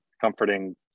comforting